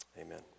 Amen